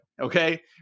Okay